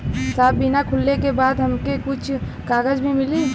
साहब बीमा खुलले के बाद हमके कुछ कागज भी मिली?